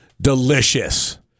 delicious